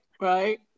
right